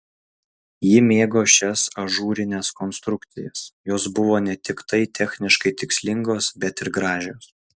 ji mėgo šias ažūrines konstrukcijas jos buvo ne tiktai techniškai tikslingos bet ir gražios